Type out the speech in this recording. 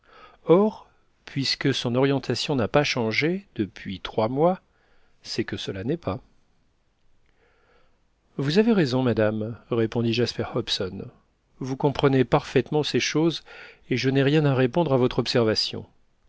or puisque son orientation n'a pas changé depuis trois mois c'est que cela n'est pas vous avez raison madame répondit jasper hobson vous comprenez parfaitement ces choses et je n'ai rien à répondre à votre observation